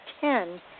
ten